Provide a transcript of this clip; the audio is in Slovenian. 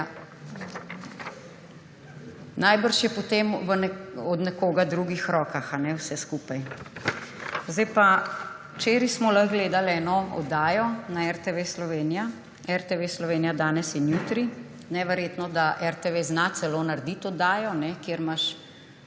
Verjetno je potem od nekoga v drugih rokah vse skupaj. Včeraj smo lahko gledali eno oddajo na RTV Slovenija: RTV Slovenija danes in jutri. Neverjetno, da RTV zna celo narediti oddajo, kjer imaš